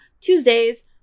Tuesdays